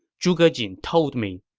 zhuge jin told me,